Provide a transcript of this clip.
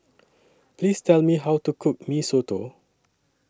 Please Tell Me How to Cook Mee Soto